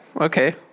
Okay